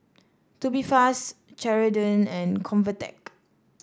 Tubifast Ceradan and Convatec